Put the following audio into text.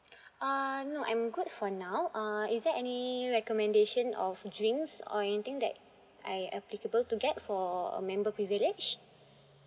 uh no I'm good for now uh is there any recommendation of drinks or anything that I applicable to get for uh member privilege